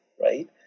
right